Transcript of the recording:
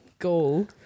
Goal